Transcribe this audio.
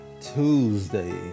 Tuesday